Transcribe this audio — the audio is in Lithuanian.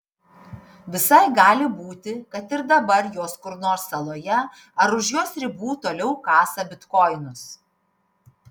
visai gali būti kad ir dabar jos kur nors saloje ar už jos ribų toliau kasa bitkoinus